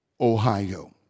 Ohio